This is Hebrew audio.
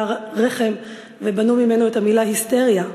"רחם" ובנו ממנה את המילה "היסטריה".